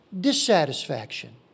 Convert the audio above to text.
dissatisfaction